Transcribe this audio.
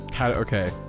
Okay